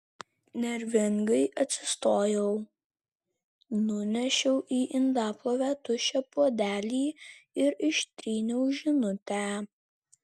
nervingai atsistojau nunešiau į indaplovę tuščią puodelį ir ištryniau žinutę